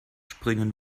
springen